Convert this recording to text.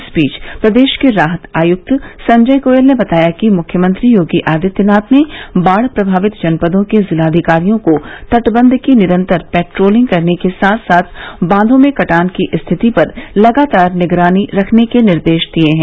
इस बीच प्रदेश के राहत आयुक्त संजय गोयल ने बताया कि मुख्यमंत्री योगी आदित्यनाथ ने बाढ़ प्रभावित जनपदों के जिलाधिकारियों को तटबंध की निरन्तर पेट्रोलिंग करने के साथ साथ बांधों में कटान की स्थिति पर लगातार निगरानी रखने के निर्देश दिये हैं